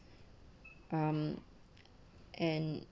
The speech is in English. um and